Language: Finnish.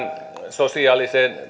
sosiaaliseen